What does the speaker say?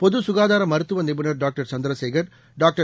பொது சுகாதார மருத்துவ நிபுணர் டாக்டர் சந்திரசேகர் டாக்டர்